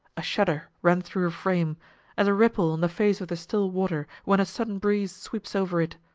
a shudder ran through her frame as a ripple on the face of the still water when a sudden breeze sweeps over it.